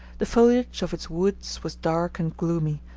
the foliage of its woods was dark and gloomy,